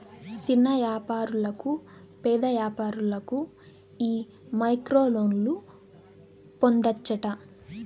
సిన్న యాపారులకు, పేద వ్యాపారులకు ఈ మైక్రోలోన్లు పొందచ్చట